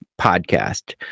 podcast